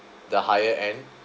the higher end